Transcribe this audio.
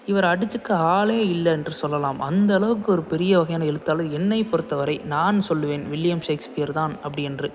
இவரை அடிச்சுக்க ஆள் இல்லை என்று சொல்லலாம் அந்தளவுக்கு ஒரு பெரிய வகையான எழுத்தாளர் என்னை பொறுத்த வரை நான் சொல்வேன் வில்லியம் ஷேக்ஸ்பியர் தான் அப்படி என்று